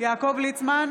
יעקב ליצמן,